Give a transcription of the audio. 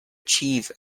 chief